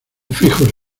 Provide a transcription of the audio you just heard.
fijos